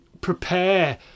prepare